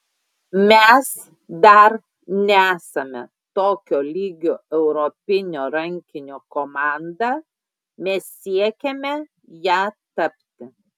mes dar nesame tokio lygio europinio rankinio komanda mes siekiame ja tapti